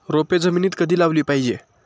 रोपे जमिनीत कधी लावली पाहिजे?